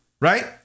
right